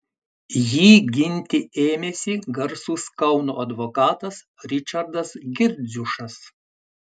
jį ginti ėmėsi garsus kauno advokatas ričardas girdziušas